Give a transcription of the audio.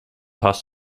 through